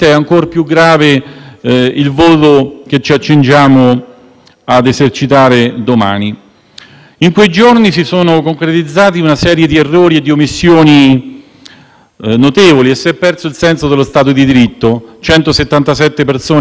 In quei giorni si sono concretizzati una serie di errori e di omissioni notevoli e si è perso il senso dello Stato di diritto: 177 persone private dei diritti civili e politici sanciti dalle convenzioni internazionali sull'asilo,